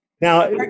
Now